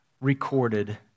recorded